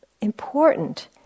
important